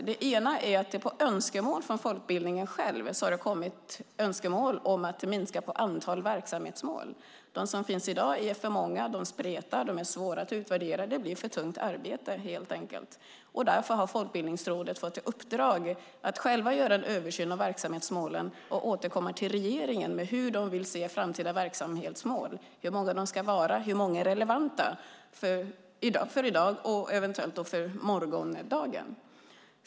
Den ena är att folkbildningen själv har framfört önskemål om att minska på antalet verksamhetsmål. De som finns i dag är för många, spretar och är svåra att utvärdera. Det blir ett för tungt arbete. Därför har Folkbildningsrådet fått i uppdrag att självt göra en översyn av verksamhetsmålen och återkomma till regeringen med hur det vill se framtida verksamhetsmål, hur många de ska vara samt hur många som är relevanta i dag och för morgondagen.